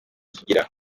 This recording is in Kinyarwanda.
sugira